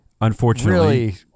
Unfortunately